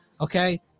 okay